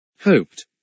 Hoped